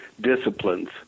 disciplines